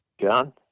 John